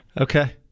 Okay